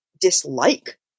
dislike